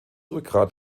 rückgrat